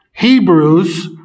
Hebrews